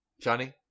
Johnny